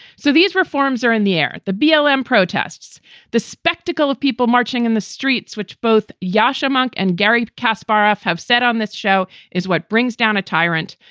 so these reforms are in the air. the blm ah um protests the spectacle of people marching in the streets, which both yasha monck and garry kasparov have said on this show is what brings down a tyrant.